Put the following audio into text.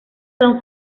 don